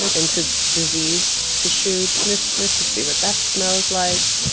into diseased tissues. sniff, sniff. to see what that smells like